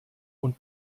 und